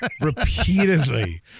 repeatedly